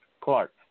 Clark